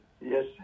yes